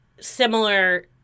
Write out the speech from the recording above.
similar